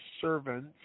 servants